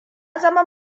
zama